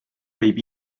võib